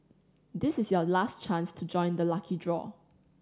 this is your last chance to join the lucky draw